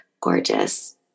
gorgeous